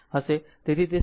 તેથી તે 0